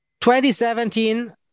2017